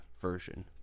version